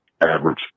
Average